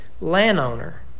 landowner